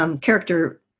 character